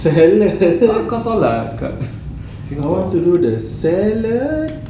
salad singapore I want to do the salad